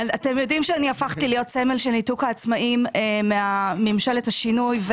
אתם יודעים שהפכתי להיות סמל של ניתוק העצמאים מממשלת השינוי.